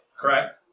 Correct